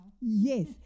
Yes